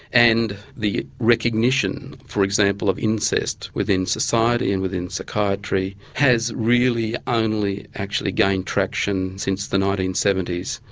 and the recognition for example of incest within society and within psychiatry has really only actually gained traction since the nineteen seventy s.